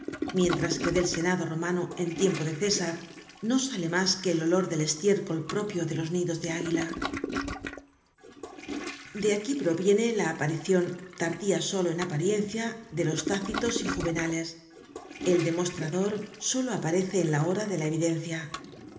mientras que del senado romano en tiempo de césar no sale mas que el olor del estiércol propio de los nidos de águila content from google book search generated at de aquí proviene la aparicion tardía solo en apariencia de los tácitos y juvenales el demostrador solo aparece en la hora de la evidencia